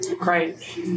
Right